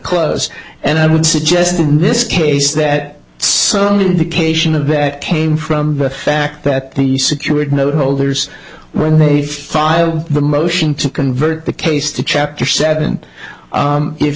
close and i would suggest in this case that sun indication of that came from the fact that he secured no holders when they filed the motion to convert the case to chapter seven